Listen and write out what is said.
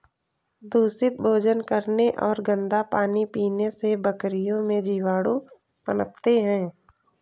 दूषित भोजन करने और गंदा पानी पीने से बकरियों में जीवाणु पनपते हैं